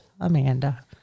Amanda